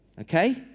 Okay